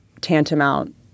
tantamount